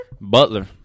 Butler